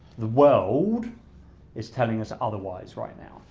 the world is telling us otherwise right now.